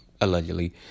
Allegedly